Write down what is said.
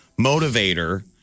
motivator